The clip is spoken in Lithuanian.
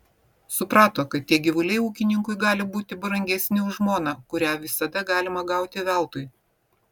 suprato kad tie gyvuliai ūkininkui gali būti brangesni už žmoną kurią visada galima gauti veltui